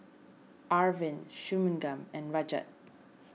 Arvind Shunmugam and Rajat